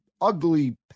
ugly